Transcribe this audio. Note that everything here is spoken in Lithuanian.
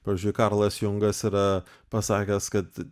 pavyzdžiui karlas jungas yra pasakęs kad